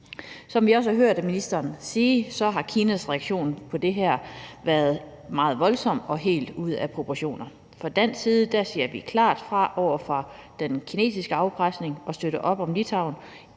Som vi også har hørt ministeren sige, har Kinas reaktion på det her været meget voldsom og helt ude af proportioner. Fra dansk side siger vi klart fra over for den kinesiske afpresning og støtter op om Litauen